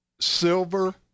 silver